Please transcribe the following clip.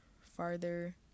Farther